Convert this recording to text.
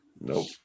Nope